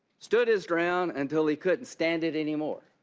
stood his ground until he couldn't stand it anymore.